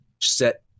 set